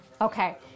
Okay